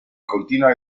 continua